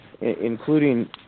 including